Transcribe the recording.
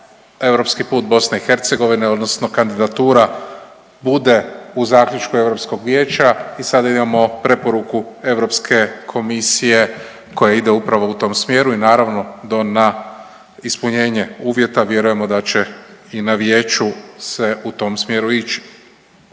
europski put BiH, odnosno kandidatura bude u zaključku Europskog vijeća i sada imamo preporuku Europske komisije koja ide upravo u tom smjeru i naravno do, na ispunjenje uvjeta vjerujemo da će i na Vijeću se u tom smjeru ići.